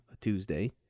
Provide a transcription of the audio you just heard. Tuesday